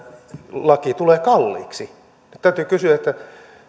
laki tulee kalliiksi täytyy kysyä